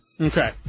Okay